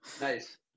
Nice